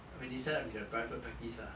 when they set up in a private practice lah